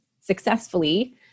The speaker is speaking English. successfully